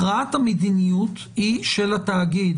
הכרעת המדיניות היא של התאגיד.